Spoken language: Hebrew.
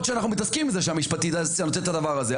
שאנחנו מתעסקים בזה שהמשפטית נותנת את הדבר הזה,